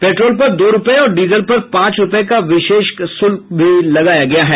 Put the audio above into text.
petrol पर दो रुपये और डीजल पर पांच रुपये का विशेष शुल्क भी लगाया गया है